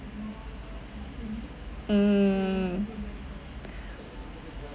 mm